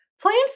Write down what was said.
Plan